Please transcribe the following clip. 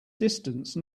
distance